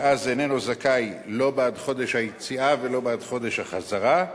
ואז איננו זכאי לא בעד חודש היציאה ולא בעד חודש החזרה,